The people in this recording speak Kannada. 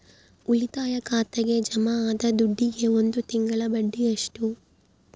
ಉಳಿತಾಯ ಖಾತೆಗೆ ಜಮಾ ಆದ ದುಡ್ಡಿಗೆ ಒಂದು ತಿಂಗಳ ಬಡ್ಡಿ ಎಷ್ಟು?